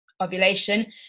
ovulation